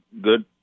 good